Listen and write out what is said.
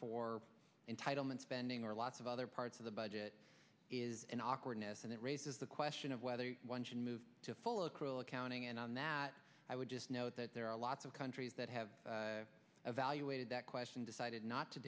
for entitlement spending or lots of other parts of the budget is an awkwardness and it raises the question of whether one should move to follow accrual accounting and on that i would just note that there are lots of countries that have evaluated that question decided not to